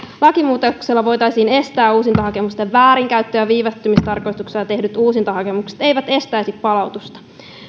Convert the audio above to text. lakimuutoksella voitaisiin estää uusintahakemusten väärinkäyttöä ja viivästymistarkoituksella tehdyt uusintahakemukset eivät estäisi palautusta